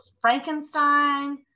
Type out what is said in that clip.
frankenstein